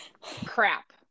crap